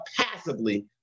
passively